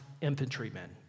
infantrymen